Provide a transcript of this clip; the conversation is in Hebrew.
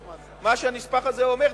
מה שהנספח הזה אומר,